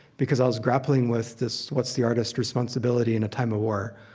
because i was grappling with this, what's the artist responsibility in a time of war?